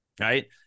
right